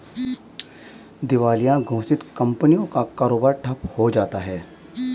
दिवालिया घोषित कंपनियों का कारोबार ठप्प हो जाता है